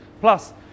plus